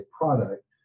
product